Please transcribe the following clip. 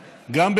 גם בדוח העוני,